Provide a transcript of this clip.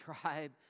tribe